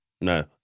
No